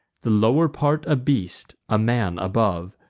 the lower part a beast, a man above,